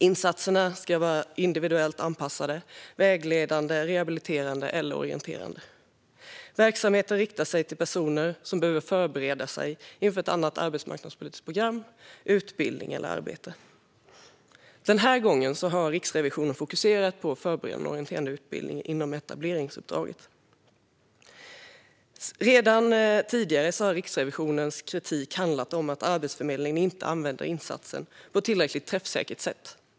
Insatserna ska vara individuellt anpassade, vägledande, rehabiliterande eller orienterande. Verksamheten riktar sig till personer som behöver förbereda sig inför ett annat arbetsmarknadspolitiskt program, utbildning eller arbete. Den här gången har Riksrevisionen fokuserat på Förberedande och orienterande utbildning inom etableringsuppdraget. Redan tidigare har Riksrevisionens kritik handlat om att Arbetsförmedlingen inte använder insatsen på ett tillräckligt träffsäkert sätt.